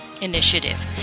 Initiative